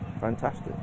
fantastic